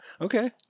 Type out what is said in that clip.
Okay